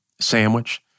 sandwich